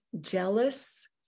jealous